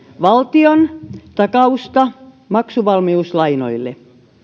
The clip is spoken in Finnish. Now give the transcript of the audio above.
valtiontakausta maksuvalmiuslainoille